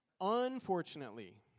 Unfortunately